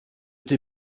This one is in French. t’ai